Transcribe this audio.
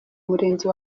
murenge